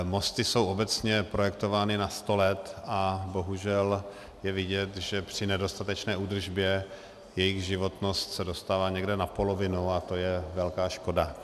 Mosty jsou obecně projektovány na sto let a bohužel je vidět, že při nedostatečné údržbě se jejich životnost dostala někde na polovinu a to je velká škoda.